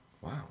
wow